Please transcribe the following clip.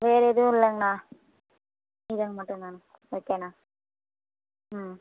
வேறு எதுவும் இல்லைங்கணா இது மட்டும் தான் ஓகேண்ணா ம்